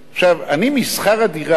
עכשיו אני, משכיר הדירה,